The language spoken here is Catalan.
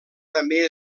també